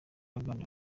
aganira